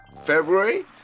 February